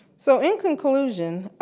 so in conclusion